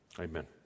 amen